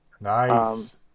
Nice